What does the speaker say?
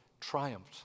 triumphed